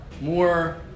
more